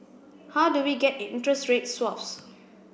how do we get interest rate swaps